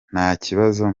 ntakibazo